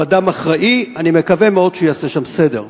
הוא אדם אחראי, ואני מקווה מאוד שהוא יעשה שם סדר.